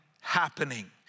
happening